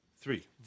three